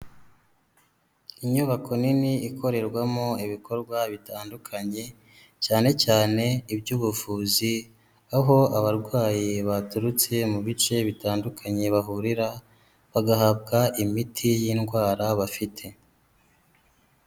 Inyubako nini ikorerwamo ibikorwa bitandukanye cyane cyane iby'ubuvuzi, aho abarwayi baturutse mu bice bitandukanye bahurira bagahabwa imiti y'indwara bafite.